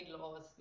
laws